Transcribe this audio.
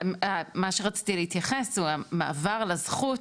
מה שרציתי להתייחס הוא המעבר לזכות